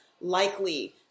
likely